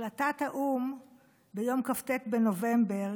החלטת האו"ם ביום כ"ט בנובמבר,